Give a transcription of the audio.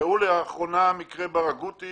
ראו לאחרונה את מקרה ברגותי